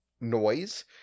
noise